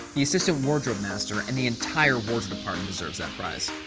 the assistant wardrobe master and the entire wardrobe department deserves that prize.